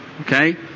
Okay